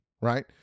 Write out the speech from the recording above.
right